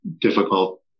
difficult